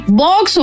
box